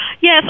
Yes